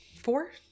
Four